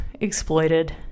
exploited